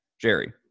Jerry